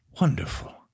wonderful